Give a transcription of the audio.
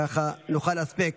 ככה נוכל להספיק.